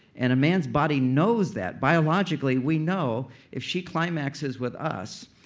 and a man's body knows that. biologically, we know if she climaxes with us,